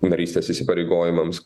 narystės įsipareigojimams